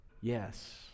Yes